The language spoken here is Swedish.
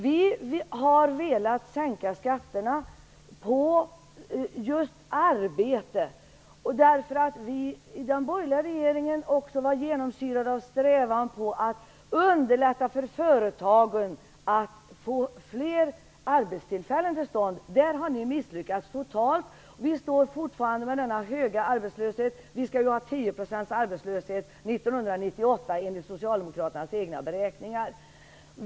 Vi har velat sänka skatterna på just arbete. Vi i den borgerliga regeringen var nämligen genomsyrade av strävan att underlätta för företagen att få fler arbetstillfällen till stånd. Där har ni totalt misslyckats. Det är ju fortfarande samma höga arbetslöshet och enligt Socialdemokraternas egna beräkningar skall arbetslösheten 1998 ligga på 10 %.